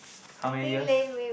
how many years